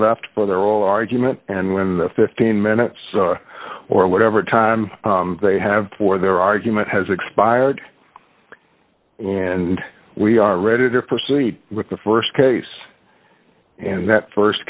left for their argument and when the fifteen minutes or whatever time they have for their argument has expired and we are ready to proceed with the st case and that